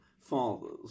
Fathers